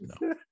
No